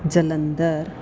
Jalandhar